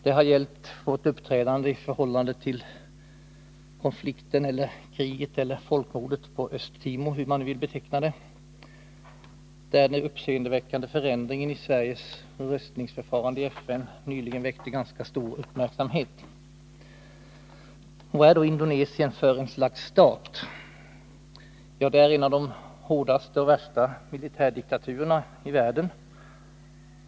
Det har gällt vårt uppträdande i förhållande till konflikten, eller kriget, eller folkmordet — hur man nu vill beteckna det — på Östtimor. Den uppseendeväckande förändringen i Sveriges röstning i FN nyligen om denna fråga väckte ganska stor uppmärksamhet. Vad är då Indonesien för något slags stat? Det är en av de hårdaste och värsta militärdiktaturerna i världen.